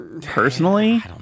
personally